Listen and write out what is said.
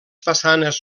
façanes